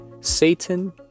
Satan